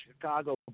Chicago